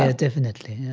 ah definitely, yeah.